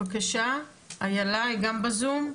שנמצאת גם בזום.